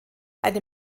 eine